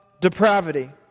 depravity